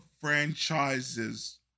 franchises